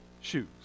shoes